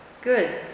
Good